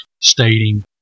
stating